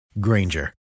Granger